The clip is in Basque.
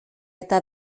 eta